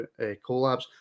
collabs